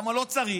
כי לא צריך,